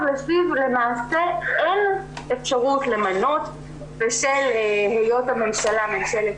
לפיו למעשה אין אפשרות למנות בשל היות הממשלה ממשלת